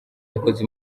yakoze